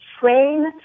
train